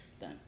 done